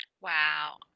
Wow